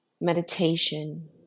meditation